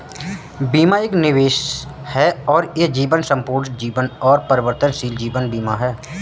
बीमा एक निवेश है और यह जीवन, संपूर्ण जीवन और परिवर्तनशील जीवन बीमा है